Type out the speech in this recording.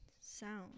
sound